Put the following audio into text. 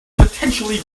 potentially